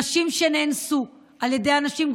נשים שנאנסו על ידי אנשים,